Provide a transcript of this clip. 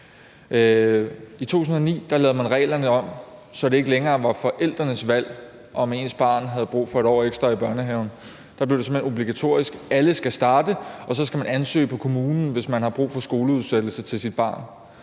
I 2009 lavede man reglerne om, så det ikke længere var forældrenes valg, om deres barn havde brug for et år ekstra i børnehaven. Der blev det simpelt hen obligatorisk, at alle skal starte, og så skal man ansøge kommunen, hvis man har brug for skoleudsættelse til sit barn.